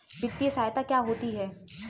वित्तीय सहायता क्या होती है?